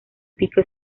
pico